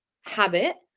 habit